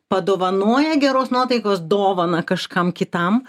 padovanoję geros nuotaikos dovaną kažkam kitam